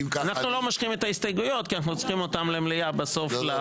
אנחנו לא מושכים את ההסתייגויות כי אנחנו צריכים אותם למליאה בסוף.